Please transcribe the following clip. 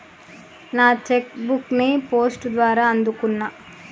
నా cheque book ని post ద్వారా అందుకున్నా